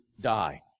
die